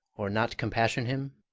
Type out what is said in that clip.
or not compassion him?